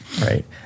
Right